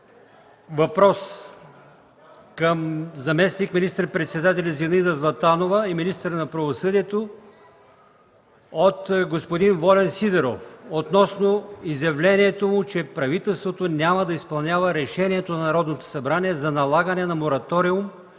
въпроси към заместник министър-председателя Зинаида Златанова и министър на правосъдието от господин Волен Сидеров относно изявлението, че правителството няма да изпълнява решението на Народното събрание за налагане на Мораториум